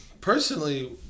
personally